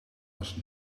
ons